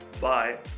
Bye